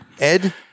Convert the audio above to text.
Ed